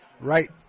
Right